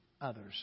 others